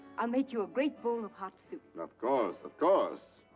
i'll make you a great bowl of hot soup. of course, of course!